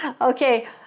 Okay